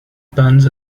buns